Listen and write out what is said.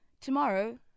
tomorrow